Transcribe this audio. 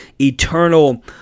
eternal